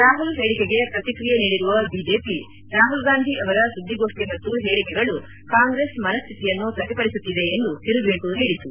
ರಾಹುಲ್ ಹೇಳಿಕೆಗೆ ಪ್ರತಿಕ್ರಿಯೆ ನೀಡಿರುವ ಬಿಜೆಪಿ ರಾಹುಲ್ಗಾಂಧಿ ಅವರ ಸುದ್ಗಿಗೋಷ್ನಿ ಮತ್ತು ಹೇಳಿಕೆಗಳು ಕಾಂಗ್ರೆಸ್ ಮನಸ್ಥಿತಿಯನ್ನು ಪ್ರತಿಫಲಿಸುತ್ತಿದೆ ಎಂದು ತಿರುಗೇಟು ನೀಡಿತು